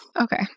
Okay